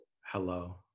Hello